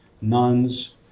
nuns